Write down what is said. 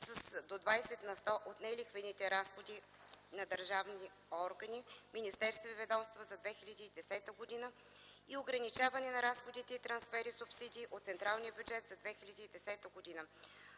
с до 20 на сто от нелихвените разходи на държавни органи, министерства и ведомства за 2010 г. и ограничаване на разходите и трансфери/субсидии от централния бюджет за 2010 г.